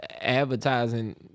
advertising